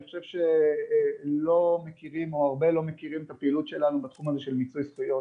אני חושב שהרבה לא מכירים את הפעילות שלנו בתחום הזה של מיצוי זכויות.